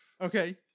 Okay